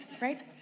right